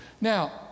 Now